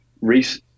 Reese